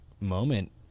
moment